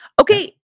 Okay